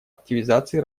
активизации